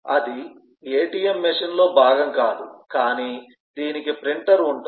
అది ATM మెషీన్లో భాగం కాదు కానీ దీనికి ప్రింటర్ ఉంటుంది